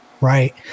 right